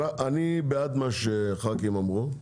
אני בעד מה שהח"כים אמרו.